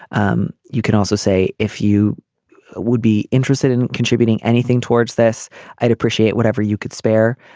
um you can also say if you would be interested in contributing anything towards this i'd appreciate whatever you could spare